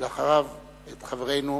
ואחריו, את חברנו